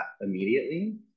immediately